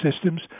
systems